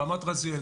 רמת רזיאל,